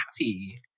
happy